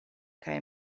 kaj